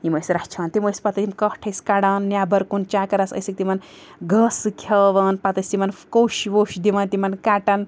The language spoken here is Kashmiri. یِم ٲسۍ رَچھان تِم ٲسۍ پَتہٕ یِیٚلہِ کَٹھ ٲسۍ کَڑان نیٚبَر کُن چَکرَس ٲسِکھ نوان گاسہٕ کھیٛاوان پَتہٕ ٲسۍ تِمَن کوٚش ووٚش دِوان تِمَن کَٹَن